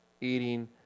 eating